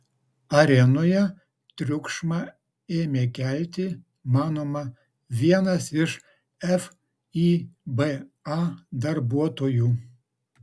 arenoje triukšmą ėmė kelti manoma vienas iš fiba darbuotojų